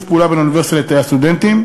פעולה בין האוניברסיטה לתאי הסטודנטים,